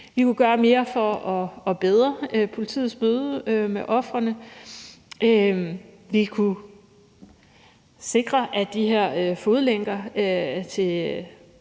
Vi kunne gøre mere for at forbedre politiets møde med ofrene. Vi kunne sikre, at de her fodlænker til